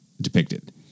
depicted